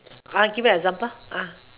I give you example ah